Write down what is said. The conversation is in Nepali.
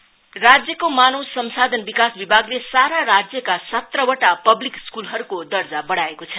अपग्रेसन स्कूल राज्यको मानव संसाधन विकास विभागले सारा राज्यका सत्रहवटा पप्लिक स्कूलहरूको दर्जा बढ़ाएको छ